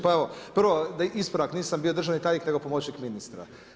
Pa evo prvo da ispravak, nisam bio državni tajnik nego pomoćnik ministra.